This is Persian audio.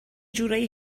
جورایی